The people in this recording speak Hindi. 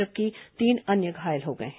जबकि तीन अन्य घायल हो गए हैं